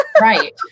right